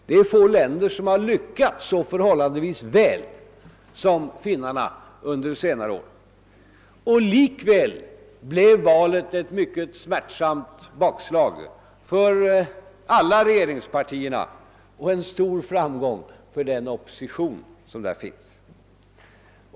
Det är få länder som har lyckats så förhållandevis väl som Finland under senare år. Likväl blev valet ett mycket smärtsamt bakslag för alla regeringspartierna och en stor framgång för den opposition som där finns.